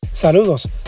Saludos